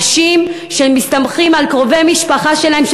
אנשים שמסתמכים על קרובי משפחה שלהם,